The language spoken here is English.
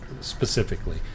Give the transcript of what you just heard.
specifically